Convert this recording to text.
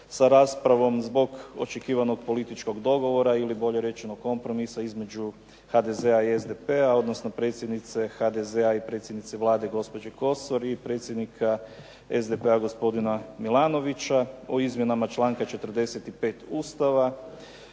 s raspravom zbog očekivanog političkog dogovora ili bolje rečeno kompromisa između HDZ-a i SDP-a, odnosno predsjednice HDZ-a i predsjednice Vlade, gospođe Kosor i predsjednika SDP-a, gospodina Milanovića o izmjenama članka 45. Ustava